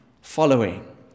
following